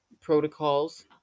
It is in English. protocols